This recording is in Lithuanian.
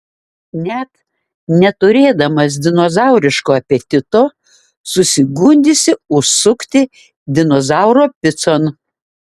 net neturėdamas dinozauriško apetito susigundysi užsukti dinozauro picon